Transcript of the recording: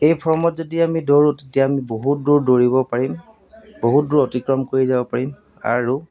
এই ফৰ্মত যদি আমি দৌৰো তেতিয়া আমি বহুত দূৰ দৌৰিব পাৰিম বহুত দূৰ অতিক্ৰম কৰি যাব পাৰিম আৰু